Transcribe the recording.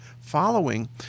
following